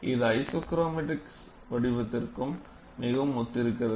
இது ஐசோக்ரோமாடிக்ஸ் வடிவத்திற்கும் மிகவும் ஒத்திருக்கிறது